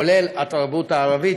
כולל התרבות הערבית,